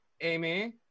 Amy